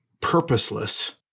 purposeless